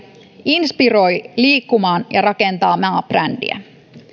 inspiroi liikkumaan ja rakentaa maabrändiä perustettava